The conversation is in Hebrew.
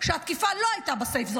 שהתקיפה לא הייתה ב-safe zone,